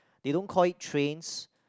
they don't call it trains